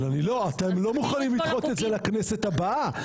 אבל אתם לא מוכנים לדחות את זה לכנסת הבאה.